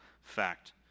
fact